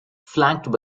flanked